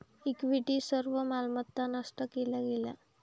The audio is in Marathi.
इक्विटी सर्व मालमत्ता नष्ट केल्या गेल्या